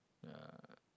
yeah